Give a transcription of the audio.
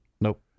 Nope